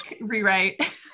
rewrite